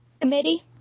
committee